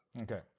Okay